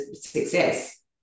success